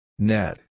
Net